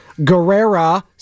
guerrera